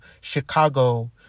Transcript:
Chicago